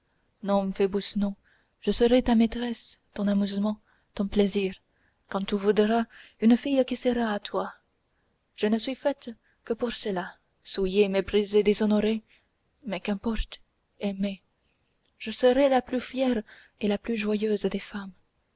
non phoebus non je serai ta maîtresse ton amusement ton plaisir quand tu voudras une fille qui sera à toi je ne suis faite que pour cela souillée méprisée déshonorée mais qu'importe aimée je serai la plus fière et la plus joyeuse des femmes